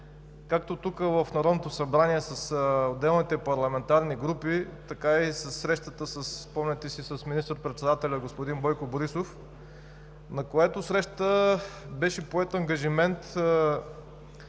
както тук в Народното събрание с отделните парламентарни групи, така и си спомняте срещата с министър-председателя господин Бойко Борисов, на която среща беше поет ангажимент